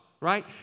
Right